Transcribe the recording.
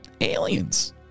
aliens